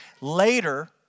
later